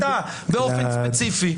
אתה באופן ספציפי.